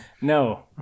No